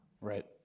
Right